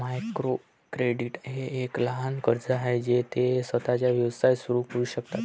micro credit हे एक लहान कर्ज आहे जे ते स्वतःचा व्यवसाय सुरू करू शकतात